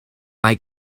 mae